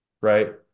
right